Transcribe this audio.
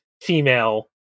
female